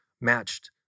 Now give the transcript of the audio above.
matched